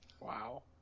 Wow